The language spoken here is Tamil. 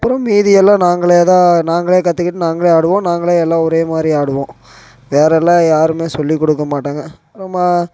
அப்புறம் மீதியெல்லாம் நாங்களே தான் நாங்களே கற்றுக்கிட்டு நாங்களே ஆடுவோம் நாங்களே எல்லாம் ஒரே மாதிரி ஆடுவோம் வேறு எல்லாம் யாருமே சொல்லி கொடுக்க மாட்டாங்க நம்ம